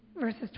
verses